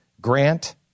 Grant